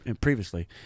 previously